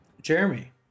Jeremy